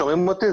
שומעים אותי?